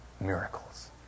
miracles